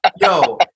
Yo